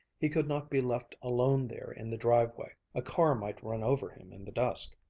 he could not be left alone there in the driveway. a car might run over him in the dusk.